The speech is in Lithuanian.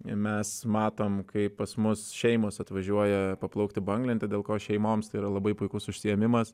ir mes matom kaip pas mus šeimos atvažiuoja paplaukti banglente dėl ko šeimoms tai yra labai puikus užsiėmimas